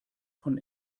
von